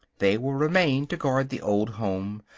they will remain to guard the old home,